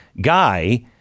guy